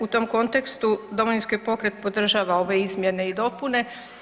U tom kontekstu, Domovinski pokret podržava ove izmjene i dopune.